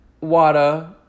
water